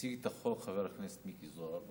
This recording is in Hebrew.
הציג את החוק חבר הכנסת מיקי זוהר,